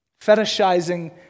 Fetishizing